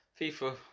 FIFA